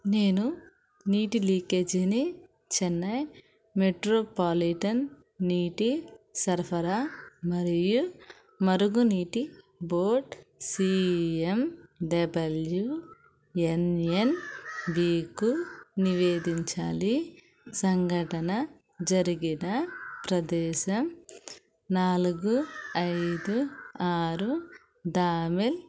నేను నీటి లీకేజీని చెన్నై మెట్రోపాలిటన్ నీటి సరఫరా మరియు మరుగునీటి board C M W N N బీకు నివేదించాలి సంఘటన జరిగిన ప్రదేశం నాలుగు ఐదు ఆరు థామెల్